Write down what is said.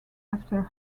after